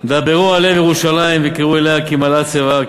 דברו על לב ירושלים וקראו אליה כי מלאה צבאה כי